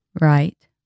Right